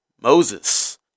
Moses